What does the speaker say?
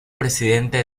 presidente